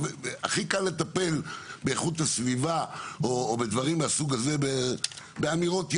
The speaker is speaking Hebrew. הכי קל לטפל באיכות הסביבה או בדברים מהסוג הזה באמירות יפות,